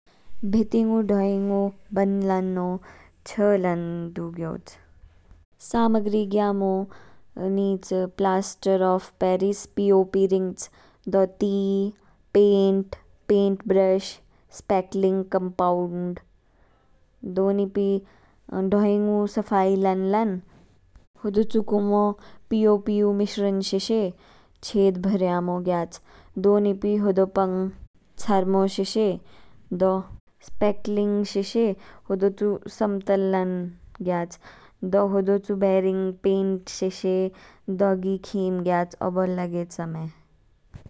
भेतीगु डोइंगू बन्द लान्नो छ लान दुगयोच, सामगरी गयामो नीच plaster of Paris P O P रींच, दो ती, paint, paint brush, spackling compound, दो निपि डोइंगू सफाई लान लान। हुदुचु कुमो पी ओ पीउं मिश्रण शेशे छेद बरयामो गयाच। दो नीपी होदो पंग छार्मो शेशे दो सपेकलिंग शेशे होदो तु समतल लान गयाच। दो होदोचु बेरिंग पेंट शेशे दोगी खीम गयाच ओबोल लागेच आ मे।